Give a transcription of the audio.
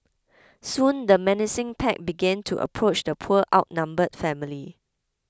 soon the menacing pack began to approach the poor outnumbered family